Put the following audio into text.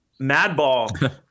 Madball